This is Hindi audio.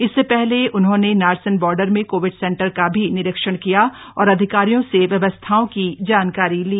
इससे पहले उन्होंने नारसन बॉर्डर में कोविड सेंटर का भी निरीक्षण किया और अधिकारियों से व्यवस्थाओं की जानकारी ली